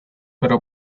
pero